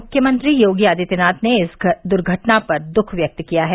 मुख्यमंत्री योगी आदित्यनाथ ने इस द्र्घटना पर दृःख व्यक्त किया है